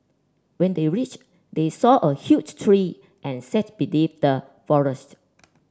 when they reached they saw a huge tree and sat beneath the